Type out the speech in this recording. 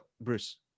Bruce